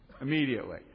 Immediately